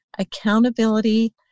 accountability